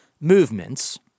movements